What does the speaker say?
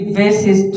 verses